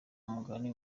mugani